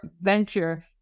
venture